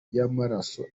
y’amaraso